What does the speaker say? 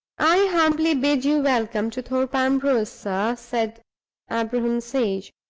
i humbly bid you welcome to thorpe ambrose, sir, said abraham sage,